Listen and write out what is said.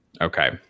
Okay